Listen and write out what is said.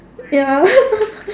ya